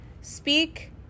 speak